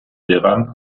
llegan